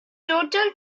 total